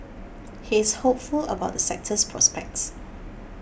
he is hopeful about the sector's prospects